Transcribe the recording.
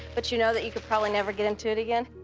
but you know that you could probably never get into it again.